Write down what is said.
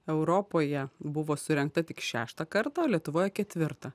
europoje buvo surengta tik šeštą kartą o lietuvoje ketvirtą